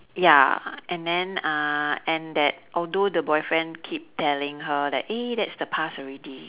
ya and then uh and that although the boyfriend keep telling her that eh that's the past already